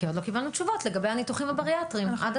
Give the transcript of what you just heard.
כי עוד לא קיבלנו תשובות לגבי הניתוחים הבריאטריים עד הסוף.